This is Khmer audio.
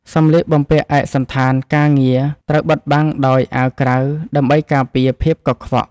សម្លៀកបំពាក់ឯកសណ្ឋានការងារត្រូវបិទបាំងដោយអាវក្រៅដើម្បីការពារភាពកខ្វក់។